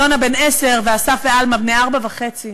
יונה בן עשר, ואסף ואלמה בני ארבע וחצי.